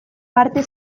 parte